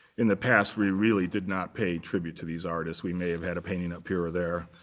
in the past, we really did not pay tribute to these artists. we may have had a painting up here or there,